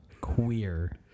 Queer